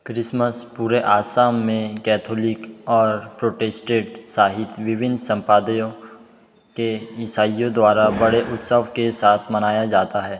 Christmas पूरे असम में Catholic और प्रोटेस्टेड सहित विभिन्न समुदायों के ईसाइयों द्वारा बड़े उत्सव के साथ मनाया जाता है